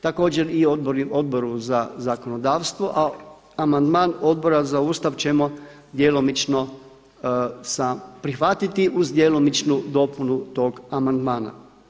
Također i Odboru za zakonodavstvo a amandman Odbora za Ustav ćemo djelomično prihvatiti uz djelomičnu dopunu tog amandmana.